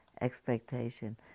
Expectation